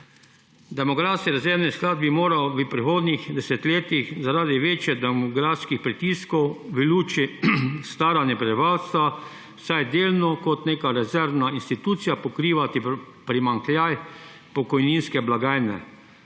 Demografski rezervni sklad bi moral v prihodnjih desetletjih zaradi večjih demografskih pritiskov v luči staranja prebivalstva vsaj delno, kot neka rezervna institucija, pokrivati primanjkljaj pokojninske blagajne.